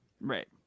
right